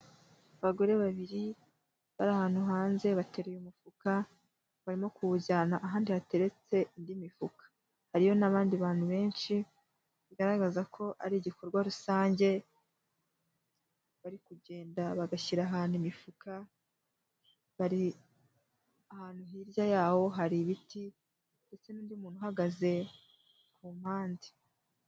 Abagore babiri bari ahantu hanze bateruye umufuka barimo kuwujyana ahandi hateretse indi mifuka. Hariyo n'abandi bantu benshi bigaragaza ko ari igikorwa rusange bari kugenda bagashyira ahantu imifuka. Bari ahantu hirya yaho hari ibiti ndetse n'undi muntu uhagaze ku mpande.